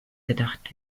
gedacht